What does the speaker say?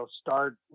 start